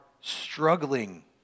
struggling